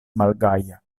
malgaja